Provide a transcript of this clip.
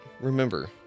remember